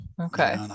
Okay